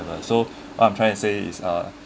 so I'm trying to say is a